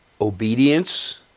obedience